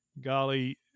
Golly